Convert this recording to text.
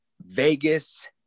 Vegas